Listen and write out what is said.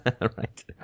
Right